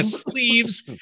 sleeves